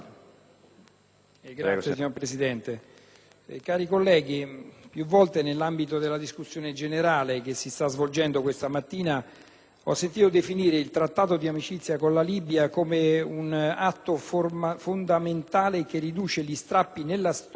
di legge n. 1333** Cari colleghi, più volte nell'ambito della discussione generale che si sta svolgendo da questa mattina ho sentito definire il Trattato di amicizia con la Libia come un atto fondamentale che ricuce gli strappi nella storia,